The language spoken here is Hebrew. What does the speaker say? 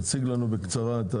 תציג לנו את הרפורמה.